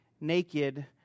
naked